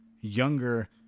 younger